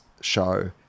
show